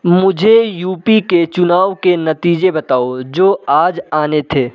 मुझे U P के चुनाव के नतीजे बताओ जो आज आने थे